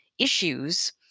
issues